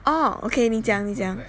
orh okay 你讲你讲